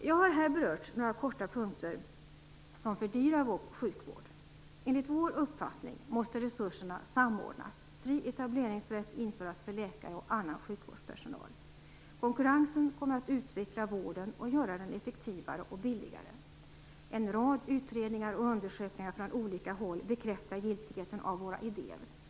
Jag har här kort berört några punkter som fördyrar vår sjukvård. Enligt vår uppfattning måste resurserna samordnas och fri etableringsrätt införas för läkare och annan sjukvårdspersonal. Konkurrensen kommer att utveckla vården och göra den effektivare och billigare. En rad utredningar och undersökningar från olika håll bekräftar giltigheten av våra idéer.